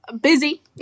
Busy